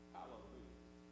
Hallelujah